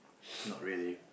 not really